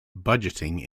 budgeting